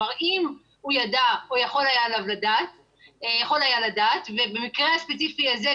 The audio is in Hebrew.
אם הוא ידע או יכול היה לדעת ובמקרה הספציפי הזה,